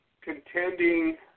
contending